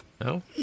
no